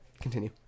Continue